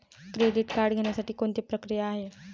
Credit card घेण्यासाठी कोणती प्रक्रिया आहे?